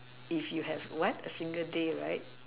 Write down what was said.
if you have what a single day right